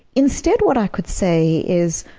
instead what i could say is,